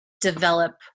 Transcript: develop